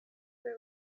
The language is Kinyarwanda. ube